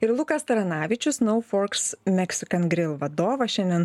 ir lukas tranavičius nau forks meksikan gril vadovas šiandien